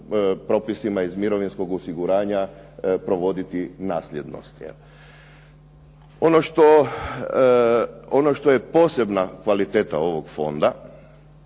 propisima iz mirovinskog osiguranja provoditi nasljednost. Ono što je posebna kvaliteta ovog fonda